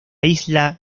isla